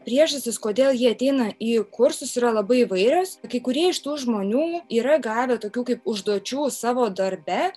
priežastys kodėl jie ateina į kursus yra labai įvairios kai kurie iš tų žmonių yra gavę tokių kaip užduočių savo darbe